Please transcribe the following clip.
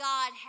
God